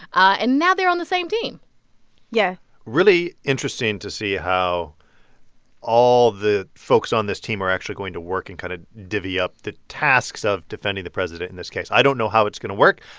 and now they're on the same team yeah really interesting to see how all the folks on this team are actually going to work and kind of divvy up the tasks of defending the president in this case. i don't know how it's going to work,